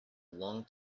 long